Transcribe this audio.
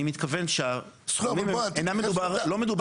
אני מתכוון שלא מדובר --- לא,